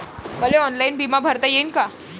मले ऑनलाईन बिमा भरता येईन का?